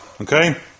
Okay